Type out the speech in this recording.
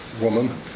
woman